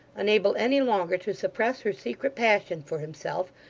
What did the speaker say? unable any longer to suppress her secret passion for himself,